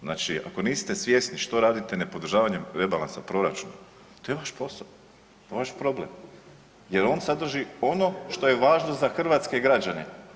Znači ako niste svjesni što radite nepodržavanjem rebalansa proračuna to je vaš posao, vaš problem jer on sadrži ono što je važno za hrvatske građane.